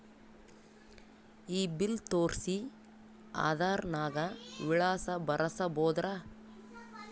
ಈ ಬಿಲ್ ತೋಸ್ರಿ ಆಧಾರ ನಾಗ ವಿಳಾಸ ಬರಸಬೋದರ?